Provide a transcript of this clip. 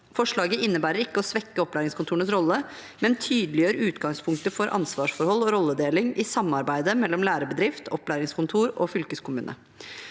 Forslaget innebærer ikke å svekke opplæringskontorenes rolle, men tydeliggjør utgangspunktet for ansvarsforhold og rolledeling i samarbeidet mellom lærebedrift, opplæringskontorer og fylkeskommune.